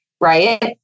Right